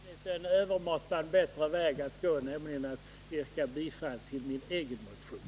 Herr talman! Jag har funnit en övermåttan bättre väg att gå, nämligen att yrka bifall till min egen motion.